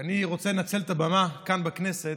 אני רוצה לנצל את הבמה כאן, בכנסת: